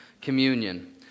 communion